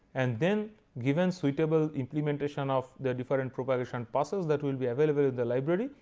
and then given suitable implementation of the different propagation passes that will be available in the library,